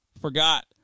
forgot